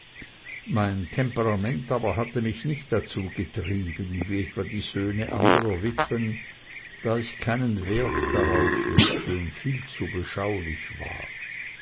mein temperament aber hatte mich nicht dazu getrieben wie etwa die söhne anderer witwen da ich keinen wert darauf legte und viel zu beschaulich war